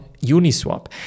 Uniswap